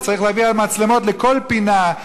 וצריך להביא מצלמות לכל פינה,